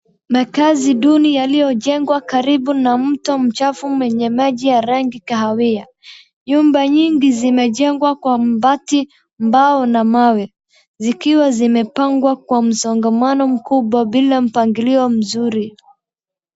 Makazi duni yaliyojengwa karibu na mto mchafu mwenye maji ya rangi kahawia nyumba nyingi zimejengwa kwa mabati, mbao na mawe zikiwa zimepangwa kwa msongamano mkubwa bila mpangilio mzuri.